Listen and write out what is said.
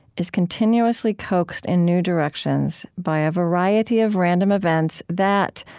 is continuously coaxed in new directions by a variety of random events that,